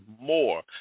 more